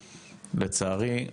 לצערי,